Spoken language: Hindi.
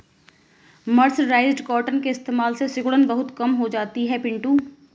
मर्सराइज्ड कॉटन के इस्तेमाल से सिकुड़न बहुत कम हो जाती है पिंटू